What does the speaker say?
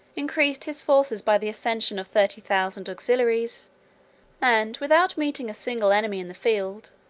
increased his forces by the accession of thirty thousand auxiliaries and, without meeting a single enemy in the field,